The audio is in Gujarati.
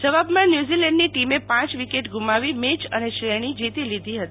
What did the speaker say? જવાબમાં ન્યુઝીલેન્ડની ટીમે પ વિકેટગુમાવી મેચ અને શ્રેણી જીતી લિધી હતી